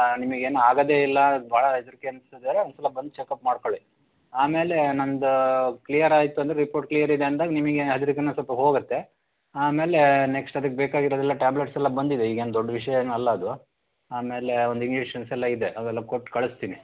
ನಿಮಗೇನು ಆಗೋದೇ ಇಲ್ಲ ಭಾಳ ಹೆದರಿಕೆ ಅನಿಸಿದರೆ ಒಂದು ಸಲ ಬಂದು ಚೆಕಪ್ ಮಾಡ್ಕೊಳ್ಳಿ ಆಮೇಲೆ ನಮ್ಮದು ಕ್ಲಿಯರಾಯಿತು ಅಂದ್ರೆ ರಿಪೋರ್ಟ್ ಕ್ಲಿಯರಿದೆ ಅಂದಾಗ ನಿಮಗೆ ಹೆದರಿಕೆಯೂ ಸ್ವಲ್ಪ ಹೋಗುತ್ತೆ ಆಮೇಲೆ ನೆಕ್ಸ್ಟ್ ಅದಕ್ಕೆ ಬೇಕಾಗಿರೋದೆಲ್ಲ ಟ್ಯಾಬ್ಲೆಟ್ಸೆಲ್ಲ ಬಂದಿದೆ ಈಗೇನು ದೊಡ್ಡ ವಿಷಯ ಏನು ಅಲ್ಲ ಅದು ಆಮೇಲೆ ಒಂದು ಇಂಜೆಕ್ಷನ್ಸ್ ಎಲ್ಲ ಇದೆ ಅವೆಲ್ಲ ಕೊಟ್ಟು ಕಳಿಸ್ತೀನಿ